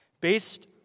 based